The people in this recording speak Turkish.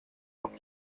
çok